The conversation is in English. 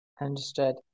Understood